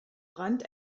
rand